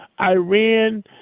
Iran